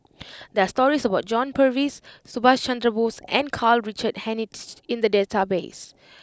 there are stories about John Purvis Subhas Chandra Bose and Karl Richard Hanitsch in the database